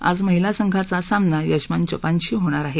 आज महिला संघाचा सामना यजमान जपानशी होणार आहे